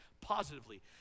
positively